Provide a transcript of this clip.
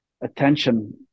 attention